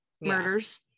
murders